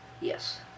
Yes